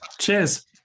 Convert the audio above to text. Cheers